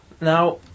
Now